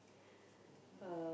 uh